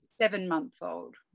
seven-month-old